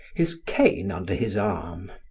his cane under his arm.